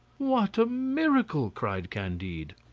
what a miracle! cried candide.